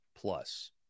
plus